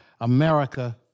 America